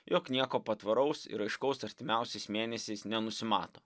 jog nieko patvaraus ir aiškaus artimiausiais mėnesiais nenusimato